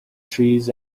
trees